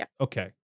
Okay